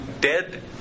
dead